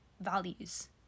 values